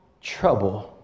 trouble